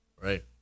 right